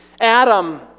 Adam